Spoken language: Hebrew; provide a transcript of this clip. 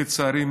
לצערי,